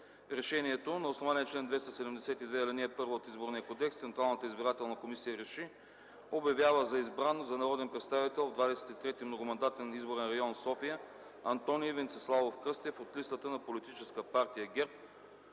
Решението е: „На основание чл. 272, ал. 1 от Изборния кодекс Централната избирателна комисия РЕШИ: Обявява за избран за народен представител в 23. многомандатен изборен район – София, Антоний Венциславов Кръстев от листата на Политическа партия ГЕРБ.”